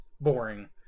boring